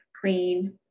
clean